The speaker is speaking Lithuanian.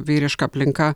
vyriška aplinka